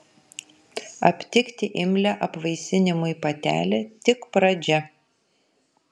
aptikti imlią apvaisinimui patelę tik pradžia